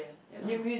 ya lah